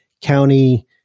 county